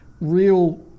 real